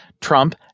Trump